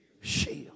shield